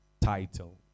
title